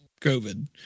COVID